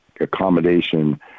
accommodation